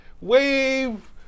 wave